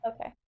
Okay